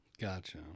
Gotcha